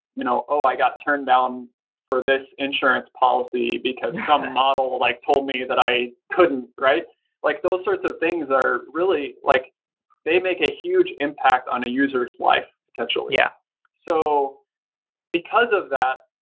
you know oh! i got turned down for this insurance policy, because some model like told me that i couldn't. like those sorts of things are really like they make a huge impact on a user s life potentially. yeah so because of that,